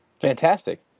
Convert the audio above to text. fantastic